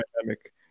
dynamic